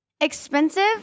expensive